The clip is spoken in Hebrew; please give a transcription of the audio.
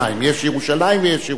יש ירושלים ויש ירושלים.